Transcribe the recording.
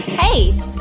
Hey